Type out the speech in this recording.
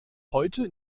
heute